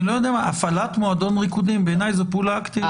הפעלת מועדון ריקודים בעיניי זו פעולה אקטיבית.